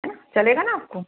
है ना चलेगा ना आपको